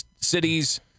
cities